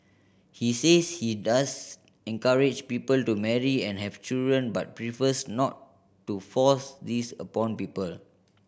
he says he does encourage people to marry and have children but prefers not to force this upon people